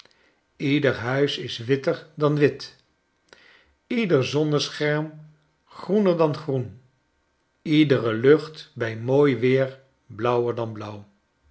uitsteken iederhuis is witter dan wit ieder zonnescherm groener dan groen iedere lucht bij mooi weer blauwer dan blauw